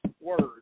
word